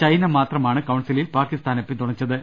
China മാത്രമാണ് കൌൺസിലിൽ പാക്കിസ്ഥാനെ പിന്തുണച്ചത്